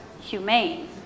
humane